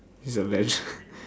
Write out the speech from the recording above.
is a legend